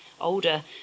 older